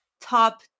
top